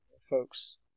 folks